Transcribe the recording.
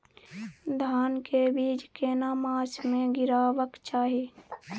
धान के बीज केना मास में गीरावक चाही?